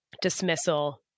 dismissal